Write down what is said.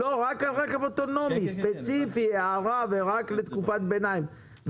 רק על רכב אוטונומי ספציפי ורק לתקופת ביניים.